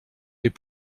les